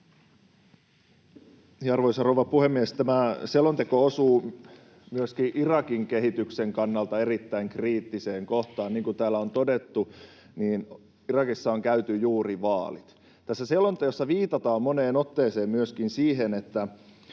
Arvoisa rouva puhemies! Tämä selonteko osuu myöskin Irakin kehityksen kannalta erittäin kriittiseen kohtaan. Niin kuin täällä on todettu, niin Irakissa on käyty juuri vaalit. Tässä selonteossa viitataan moneen otteeseen myöskin siihen, miten